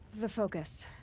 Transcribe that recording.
the focus.